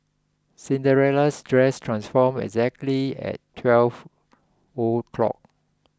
Cinderella's dress transformed exactly at twelve o'clock